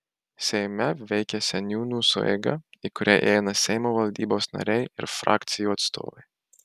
seime veikia seniūnų sueiga į kurią įeina seimo valdybos nariai ir frakcijų atstovai